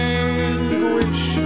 anguish